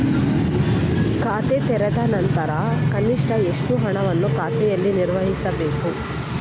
ಖಾತೆ ತೆರೆದ ನಂತರ ಕನಿಷ್ಠ ಎಷ್ಟು ಹಣವನ್ನು ಖಾತೆಯಲ್ಲಿ ನಿರ್ವಹಿಸಬೇಕು?